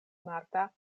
marta